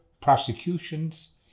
prosecutions